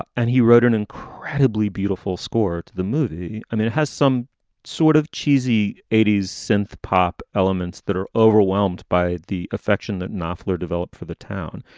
and he wrote an incredibly beautiful score to the movie. and it has some sort of cheesy eighty s synth pop elements that are overwhelmed by the affection that knopfler developed for the town.